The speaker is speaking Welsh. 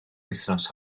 wythnos